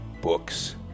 books